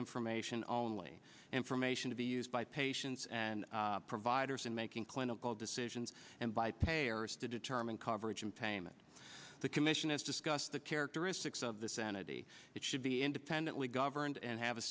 information only information to be used by patients and providers in making clinical decisions and by payers to determine coverage and payment the commission has discussed the characteristics of the sanity it should be independently governed and have a